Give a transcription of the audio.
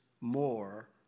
more